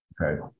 Okay